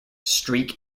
streak